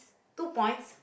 two points